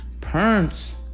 Parents